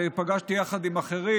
ופגשתי יחד עם אחרים,